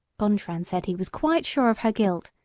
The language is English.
gontran said he was quite sure of her guilt,